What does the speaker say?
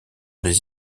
les